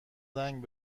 زنگ